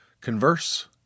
converse